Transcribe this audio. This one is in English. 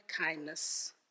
kindness